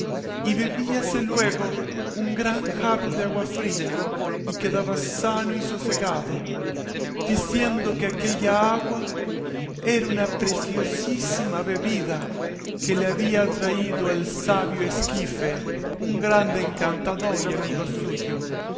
y bebíase luego un gran jarro de agua fría y quedaba sano y sosegado diciendo que aquella agua era una preciosísima bebida que le había traído el sabio esquife un grande encantador y amigo suyo